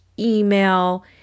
email